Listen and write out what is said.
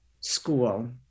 school